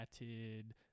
added